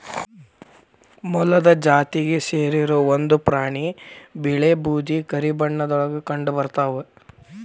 ಮೊಲದ ಜಾತಿಗೆ ಸೇರಿರು ಒಂದ ಪ್ರಾಣಿ ಬಿಳೇ ಬೂದು ಕರಿ ಬಣ್ಣದೊಳಗ ಕಂಡಬರತಾವ